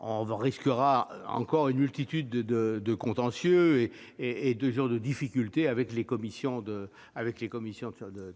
On risque ainsi une multitude de contentieux et de difficultés avec les commissions de